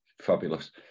fabulous